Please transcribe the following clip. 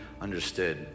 understood